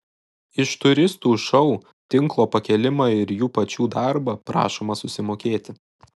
iš turistų už šou tinklo pakėlimą ir jų pačių darbą prašoma susimokėti